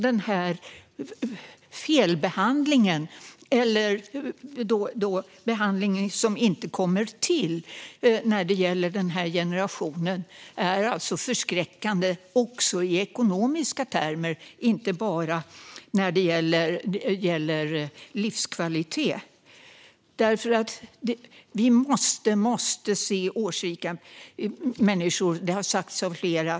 Denna felbehandling, eller den behandling som inte kommer till när det gäller den här generationen, är alltså förskräckande också i ekonomiska termer och inte bara när det gäller livskvalitet. Vi måste se årsrika människor som individer; det har sagts av flera.